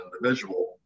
individual